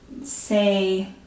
say